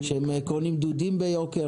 שהם קונים דודים ביוקר?